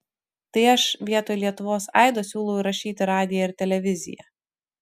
tai aš vietoj lietuvos aido siūlau įrašyti radiją ir televiziją